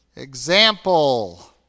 example